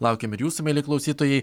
laukiam ir jūsų mieli klausytojai